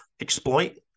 exploit